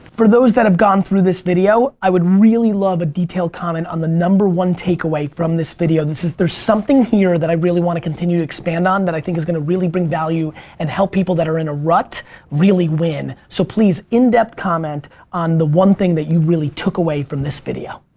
for those that have gone through this video, i would really love a detailed comment on the number one takeaway from this video. there's something here that i really want to continue to expand on that i think is gonna really bring value and help people that are in a rut really win. so please in depth comment on the one thing that you really took away from this video.